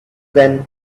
then